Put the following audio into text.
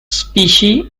species